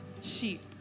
sheep